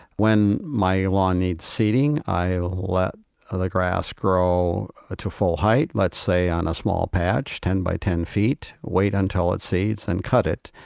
when my lawn needs seeding, i let ah the grass grow to full height, let's say, on a small patch, ten by ten feet, wait until it seeds, then and cut it.